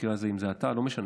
במקרה הזה אתה או לא משנה,